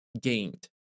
gained